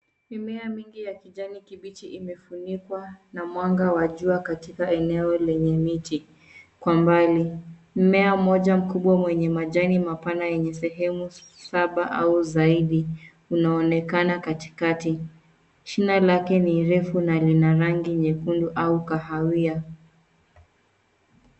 Mimea mingi ya kijani kibichi imefunikwa na mwanga wa jua katika eneo lenye miti. Kwa mbali, mmea moja mkubwa mwenye majani mapana yenye sehemu saba au zaidi unaonekana katikati. Shina lake ni refu na lina rangi nyekundu au kahawia.